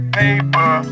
paper